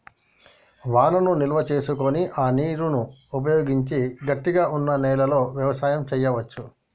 వానను నిల్వ చేసుకొని ఆ నీరును ఉపయోగించి గట్టిగ వున్నా నెలలో వ్యవసాయం చెయ్యవచు